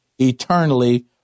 eternally